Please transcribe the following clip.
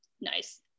Nice